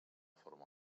forma